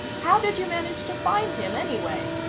how did you manage to find him, anyway?